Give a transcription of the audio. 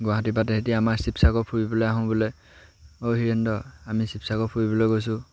গুৱাহাটীৰপৰা তেহেতি আমাৰ শিৱসাগৰ ফুৰিবলৈ আহোঁ বোলে অ' হিৰেন্দ্ৰ আমি শিৱসাগৰ ফুৰিবলৈ গৈছোঁ